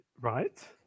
right